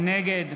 נגד